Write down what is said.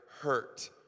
hurt